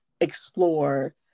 explore